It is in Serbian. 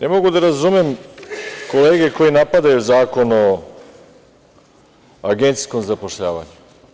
Međutim, ne mogu da razumem kolege koje napadaju Zakon o agencijskom zapošljavanju.